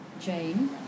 Jane